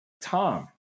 Tom